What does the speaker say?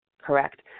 correct